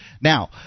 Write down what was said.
Now